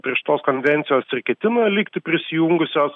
prie šitos konvencijos ir ketina likti prisijungusios